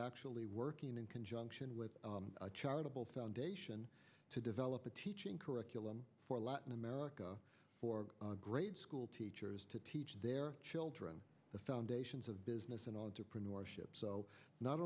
actually working in conjunction with charitable foundation to develop a teaching curriculum for latin america for grade school teachers to teach their children the foundations of business and entrepreneurship so not